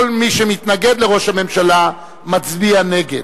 כל מי שמתנגד לראש הממשלה מצביע נגד.